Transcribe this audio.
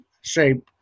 shape